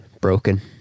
broken